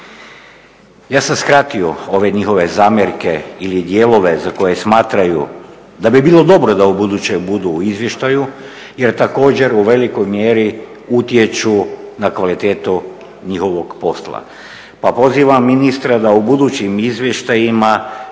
Ja sam skratio ove njihove zamjerke ili dijelove za koje smatraju da bi bilo dobro da ubuduće budu u izvještaju jer također u velikoj mjeri utječu na kvalitetu njihovog posla. Pa pozivam ministra da u budućim izvještajima